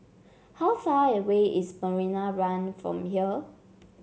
how far away is Marina One from here